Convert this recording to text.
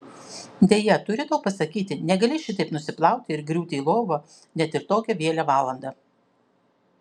deja turiu tau pasakyti negali šitaip nusiplauti ir griūti į lovą net ir tokią vėlią valandą